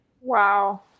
Wow